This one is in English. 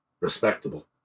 respectable